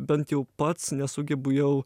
bent jau pats nesugebu jau